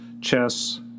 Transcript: chess